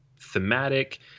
thematic